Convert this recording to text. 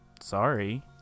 sorry